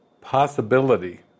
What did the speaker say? possibility